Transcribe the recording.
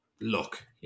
look